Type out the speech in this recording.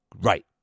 Right